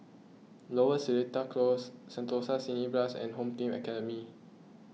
Lower Seletar Close Sentosa Cineblast and Home Team Academy